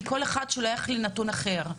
כי כל אחד שולח לי נתון אחר.